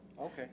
Okay